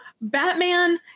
Batman